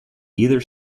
either